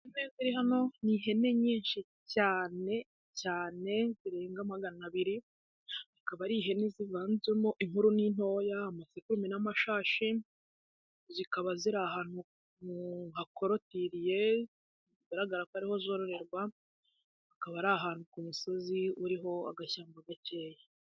Ihene ziri hano ni ihene nyinshi cyane cyane zirenga magana abiri, akaba ari ihene zivanzemo inkuru n'intoya, amasekurume n'amashashi, zikaba ziri ahantu hakorotiriye, bigaragara ko ariho zororerwa, akaba ari ahantu ku misozi uriho agashyamba gakeya.